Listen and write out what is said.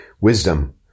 Wisdom